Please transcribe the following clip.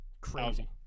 Crazy